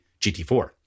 GT4